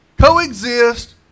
coexist